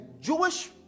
Jewish